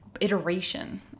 iteration